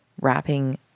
wrapping